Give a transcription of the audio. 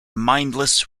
mindless